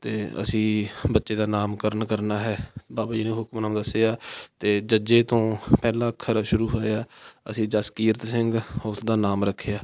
ਅਤੇ ਅਸੀਂ ਬੱਚੇ ਦਾ ਨਾਮਕਰਨ ਕਰਨਾ ਹੈ ਬਾਬਾ ਜੀ ਨੇ ਹੁਕਮਨਾਮਾ ਦੱਸਿਆ ਅਤੇ ਜੱਜੇ ਤੋਂ ਪਹਿਲਾ ਅੱਖਰ ਸ਼ੁਰੂ ਹੋਇਆ ਅਸੀਂ ਜਸਕੀਰਤ ਸਿੰਘ ਉਸਦਾ ਨਾਮ ਰੱਖਿਆ